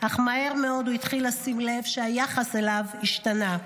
אך מהר מאוד הוא התחיל לשים לב שהיחס אליו השתנה.